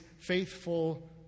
faithful